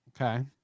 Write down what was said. Okay